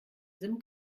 sim